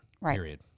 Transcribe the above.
right